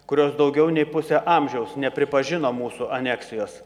kurios daugiau nei pusę amžiaus nepripažino mūsų aneksijos